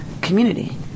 community